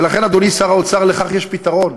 אדוני שר האוצר, לכך יש פתרון,